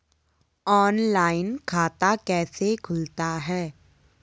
Online खाता कैसे खुलता है?